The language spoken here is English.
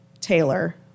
Taylor